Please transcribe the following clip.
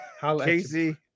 Casey